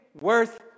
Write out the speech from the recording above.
worth